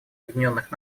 объединенных